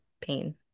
pain